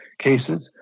cases